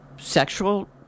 sexual